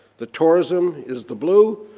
the tourism is the blue,